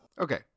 Okay